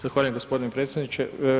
Zahvaljujem gospodine predsjedniče.